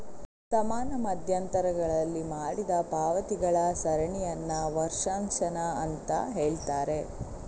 ಸಮಾನ ಮಧ್ಯಂತರಗಳಲ್ಲಿ ಮಾಡಿದ ಪಾವತಿಗಳ ಸರಣಿಯನ್ನ ವರ್ಷಾಶನ ಅಂತ ಹೇಳ್ತಾರೆ